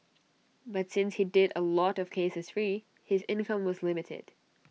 but since he did A lot of cases free his income was limited